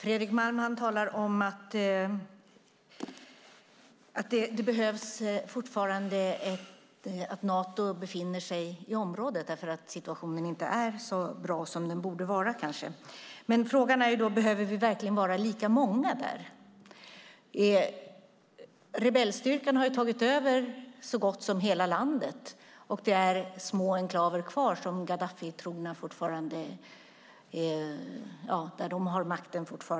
Herr talman! Fredrik Malm säger att Nato fortfarande behöver befinna sig i området eftersom situationen inte är så bra som den borde vara. Men frågan är om vi verkligen behöver vara lika många. Rebellstyrkan har tagit över så gott som hela landet. Endast i små enklaver har Gaddafitrogna fortfarande makten.